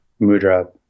mudra